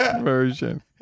version